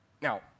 Now